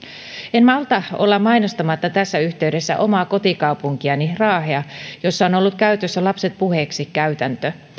en malta olla mainostamatta tässä yhteydessä omaa kotikaupunkiani raahea jossa on ollut käytössä lapset puheeksi käytäntö